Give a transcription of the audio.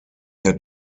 der